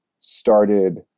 started